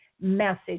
message